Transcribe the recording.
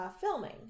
filming